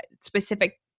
specific